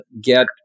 get